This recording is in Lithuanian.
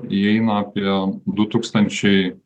įeina apie du tūkstančiai